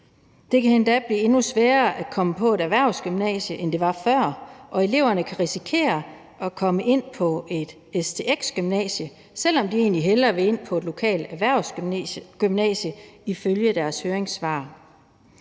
Det kan endda blive endnu sværere at komme på et erhvervsgymnasium, end det var før, og eleverne kan risikere at komme ind på et stx-gymnasium, selv om de egentlig hellere vil ind på et lokalt erhvervsgymnasium, ifølge deres høringssvar.